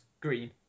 green